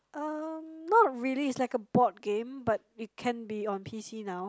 um not really it's like a board game but it can be on p_c now